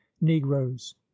negroes